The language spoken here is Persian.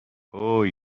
هوووی